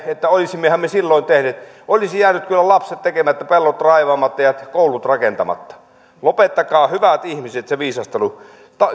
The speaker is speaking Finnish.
että olisimmehan me silloin tehneet olisi jäänyt kyllä lapset tekemättä pellot raivaamatta ja koulut rakentamatta lopettakaa hyvät ihmiset se viisastelu